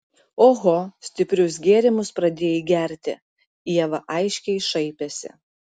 oho stiprius gėrimus pradėjai gerti ieva aiškiai šaipėsi